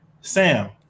Sam